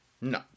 No